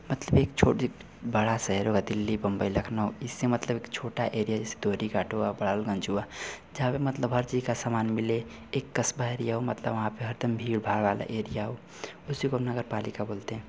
मतलब एक छोटा बड़ा शहर हुआ दिल्ली बंबई लखनऊ इससे मतलब है कि छोटा एरिया जैसे धोरी घाट हुआ पड़ालगंज हुआ जहाँ पर मतलब हर चीज़ का समान मिले एक कस्बा एरिया हो मतलब वहाँ पर हर दम भीड़ भाड़ वाला एरिया हो उसी को हम नगर पालिका बोलते हैं